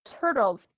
turtles